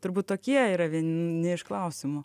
turbūt tokie yra vieni iš klausimų